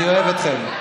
אני אוהב אתכם.